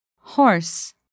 Horse